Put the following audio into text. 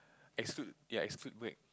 exclude ya exclude break